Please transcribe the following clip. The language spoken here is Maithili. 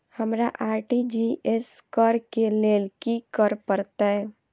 हमरा आर.टी.जी.एस करऽ केँ लेल की करऽ पड़तै?